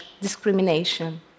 discrimination